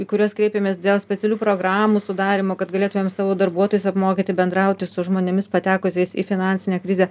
į kuriuos kreipėmės dėl specialių programų sudarymo kad galėtumėm savo darbuotojus apmokyti bendrauti su žmonėmis patekusiais į finansinę krizę